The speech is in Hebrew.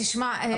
תשמע,